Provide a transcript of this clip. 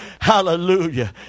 Hallelujah